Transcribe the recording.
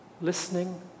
listening